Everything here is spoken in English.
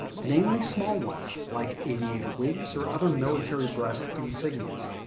namely small ones like aviator wings or other military breast insignias,